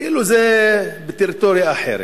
כאילו זה בטריטוריה אחרת,